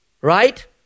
Right